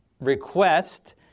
request